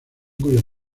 cuyos